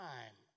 Time